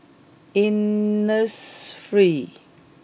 Innisfree